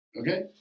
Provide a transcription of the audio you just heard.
Okay